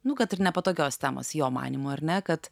nu kad ir nepatogios temos jo manymu ar ne kad